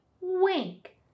wink